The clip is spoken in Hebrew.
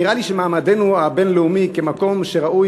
נראה לי שמעמדנו הבין-לאומי כמקום שראוי